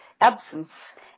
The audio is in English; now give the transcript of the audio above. absence